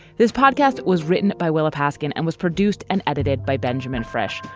this podcast was written by willa paskin and was produced and edited by benjamin fresh,